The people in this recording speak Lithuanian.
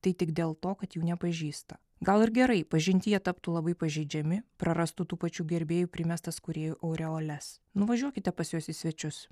tai tik dėl to kad jų nepažįsta gal ir gerai pažinti jie taptų labai pažeidžiami prarastų tų pačių gerbėjų primestas kūrėjų aureoles nuvažiuokite pas juos į svečius